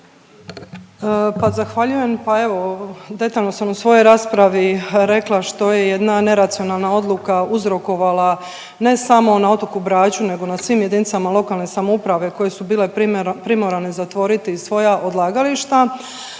Pa zahvaljujem. Pa evo detaljno sam u svojoj raspravi rekla što je jedna neracionalna odluka uzrokovala ne samo na otoku Braču, nego na svim jedinicama lokalne samouprave koje su bile primorane zatvoriti svoja odlagališta